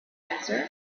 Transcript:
answered